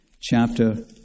chapter